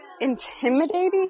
intimidating